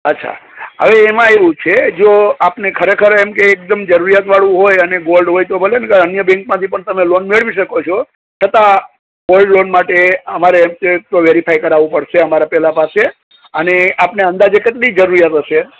અચ્છા હવે એમાં એવું છે જો આપને ખરેખર એમ કે એકદમ જરૂરિયાતવાળું હોય અને ગોલ્ડ હોય ભલે નહીં તો અન્ય બેન્કમાંથી પણ તમે લોન મેળવી શકો છો છતાં ગોલ્ડ લોન માટે અમારે એક એક તો વેરીફાઈ કરાવવું પડશે અમારે પેલા પાસે અને આપને અંદાજે કેટલી જરૂરિયાત હશે